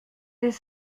les